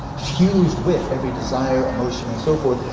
fused with every desire, emotion and so forth,